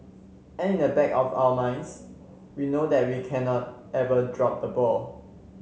and in the back of our minds we know that we cannot ever drop the ball